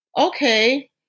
okay